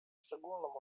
szczególną